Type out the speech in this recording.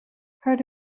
part